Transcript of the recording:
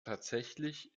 tatsächlich